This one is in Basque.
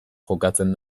jokatzen